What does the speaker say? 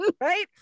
right